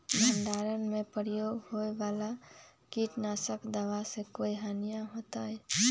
भंडारण में प्रयोग होए वाला किट नाशक दवा से कोई हानियों होतै?